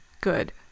Good